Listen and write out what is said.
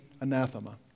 anathema